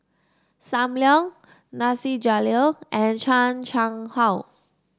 Sam Leong Nasir Jalil and Chan Chang How